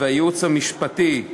לייעוץ המשפטי,